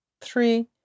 three